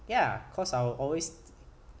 ya cause I'll always